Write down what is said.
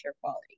quality